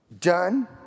done